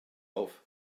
auf